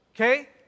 Okay